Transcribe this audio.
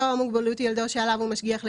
מוגבלות ילדו שעליו הוא משגיח,